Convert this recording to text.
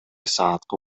саатка